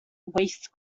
waste